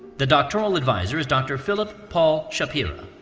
the doctoral advisor is dr. philip paul shapiro.